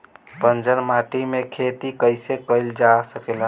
बंजर माटी में खेती कईसे कईल जा सकेला?